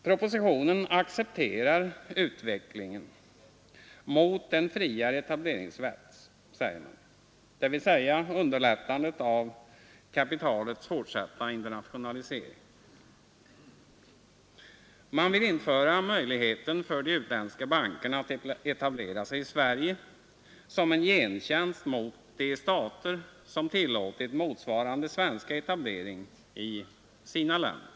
Propositionen accepterar utvecklingen ”mot en friare etableringsrätt”, dvs. underlättandet av kapitalets fortsatta internationalisering. Man vill införa möjligheten för de utländska bankerna att etablera sig i Sverige som en gentjänst mot de stater som tillåtit motsvarande svenska etablering i sina länder.